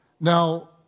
Now